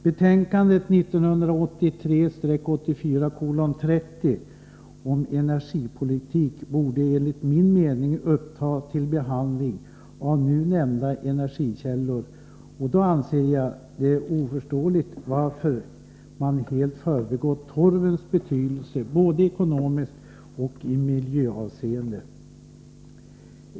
Betänkande 1983/84:30 om energipolitik borde enligt min mening uppta till behandling nu använda energikällor, och då anser jag det oförståeligt att utskottet helt förbigått torvens betydelse både i ekonomiskt avseende och i miljöavseende.